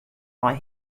nei